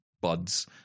buds